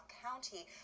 County